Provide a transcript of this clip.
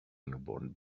newborn